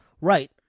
Right